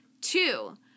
Two